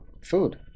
food